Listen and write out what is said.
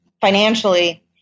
financially